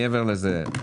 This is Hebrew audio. מעבר לזה,